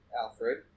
Alfred